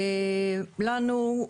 לנו,